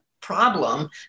problem